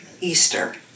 Easter